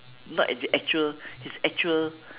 not as the actual his actual